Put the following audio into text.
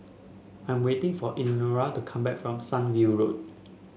I am waiting for Elenora to come back from Sunview Road